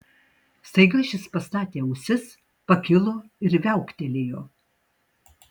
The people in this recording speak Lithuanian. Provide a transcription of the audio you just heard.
staiga šis pastatė ausis pakilo ir viauktelėjo